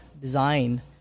design